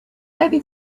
maybe